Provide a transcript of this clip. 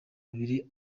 abiri